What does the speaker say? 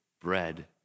bread